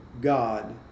God